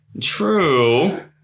True